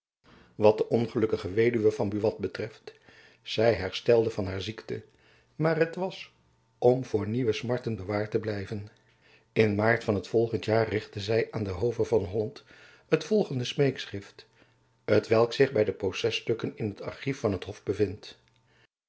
wat de ongelukkige weduwe van buat betreft zy herstelde van haar ziekte maar het was om voor nieuwe smarten bewaard te blijven in maart van t volgende jaar richtte zy aan den hove van holland het navolgende smeekschrift t welk zich by de processtukken in t archief van dat hof bevindt